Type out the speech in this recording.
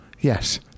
Yes